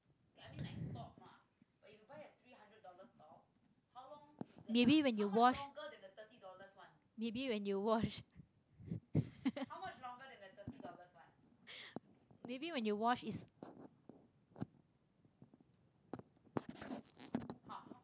maybe when you wash maybe when you wash maybe when you wash is